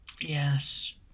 yes